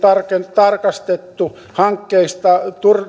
tarkastettu